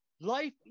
life